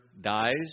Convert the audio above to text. dies